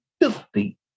filthy